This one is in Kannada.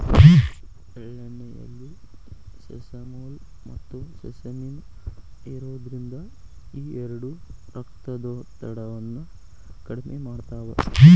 ಎಳ್ಳೆಣ್ಣೆಯಲ್ಲಿ ಸೆಸಮೋಲ್, ಮತ್ತುಸೆಸಮಿನ್ ಇರೋದ್ರಿಂದ ಈ ಎರಡು ರಕ್ತದೊತ್ತಡವನ್ನ ಕಡಿಮೆ ಮಾಡ್ತಾವ